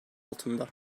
altında